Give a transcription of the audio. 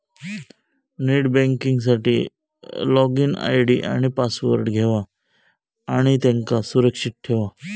net banking साठी login ID आणि password घेवा आणि त्यांका सुरक्षित ठेवा